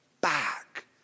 back